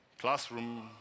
classroom